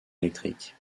électrique